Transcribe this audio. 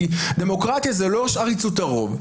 כי דמוקרטיה זה לא עריצות הרוב,